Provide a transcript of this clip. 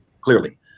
clearly